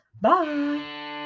Bye